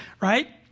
right